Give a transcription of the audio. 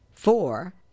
Four